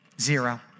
Zero